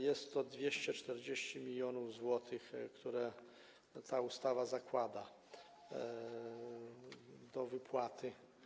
Jest to 240 mln zł, które ta ustawa zakłada do wypłaty.